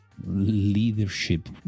leadership